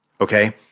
Okay